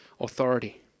authority